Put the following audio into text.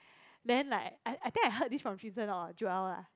then like I I think I heard this from Joel or jun sheng lah